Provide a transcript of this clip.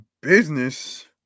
Business